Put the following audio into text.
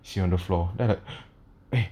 she on the floor then I'm like eh